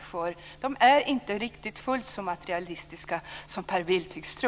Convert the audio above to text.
Jag tror inte att de är riktigt fullt så materialistiska som Per Bill tycks tro.